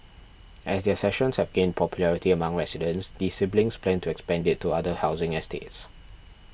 as their sessions have gained popularity among residents the siblings plan to expand it to other housing estates